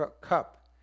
cup